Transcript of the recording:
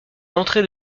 entrées